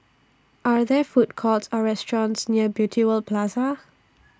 Are There Food Courts Or restaurants near Beauty World Plaza